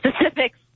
specifics